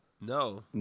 no